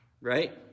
Right